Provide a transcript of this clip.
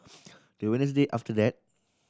the Wednesday after that